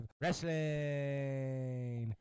wrestling